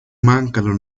mancano